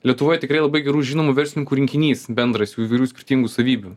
lietuvoj tikrai labai gerų žinomų verslininkų rinkinys bendras įvairių skirtingų savybių